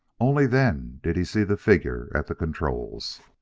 only then did he see the figure at the controls.